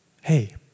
Hey